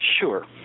Sure